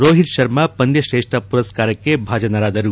ರೋಹಿತ್ ಶರ್ಮ ಪಂದ್ಯ ಶ್ರೇಷ್ಠ ಪುರಸ್ಕಾರಕ್ಕೆ ಭಾಜನರಾದರು